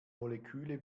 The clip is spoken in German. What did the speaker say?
moleküle